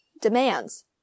demands